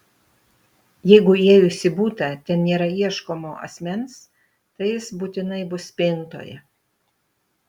jeigu įėjus į butą ten nėra ieškomo asmens tai jis būtinai bus spintoje